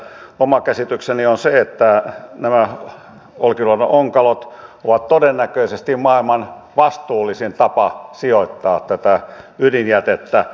oma käsitykseni on se että nämä olkiluodon onkalot ovat todennäköisesti maailman vastuullisin tapa sijoittaa tätä ydinjätettä